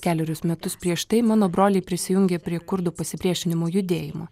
kelerius metus prieš tai mano broliai prisijungė prie kurdų pasipriešinimo judėjimo